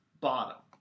bottom